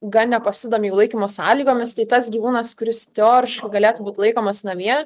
gan nepasidomi jų laikymo sąlygomis tai tas gyvūnas kuris teoriškai galėtų būt laikomas namie